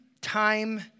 time